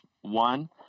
one